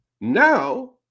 Now